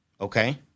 Okay